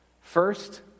First